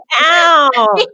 Ow